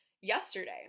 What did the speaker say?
yesterday